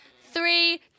Three